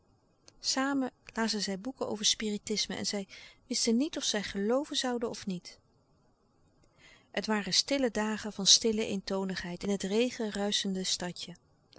stille kracht zij boeken over spiritisme en zij wisten niet of zij gelooven zouden of niet het waren stille dagen van stille eentonigheid in het regenruischende stadje